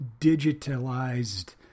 digitalized